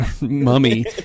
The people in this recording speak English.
mummy